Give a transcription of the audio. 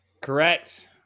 Correct